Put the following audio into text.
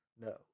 no